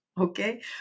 okay